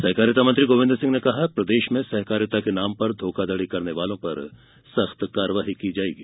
सहकारिता मंत्री गोविंद सिंह ने कहा प्रदेश में सहकारिता के नाम पर धोखाधड़ी करने वालों पर सख्त कार्यवाही की जायेगी